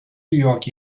york